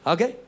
Okay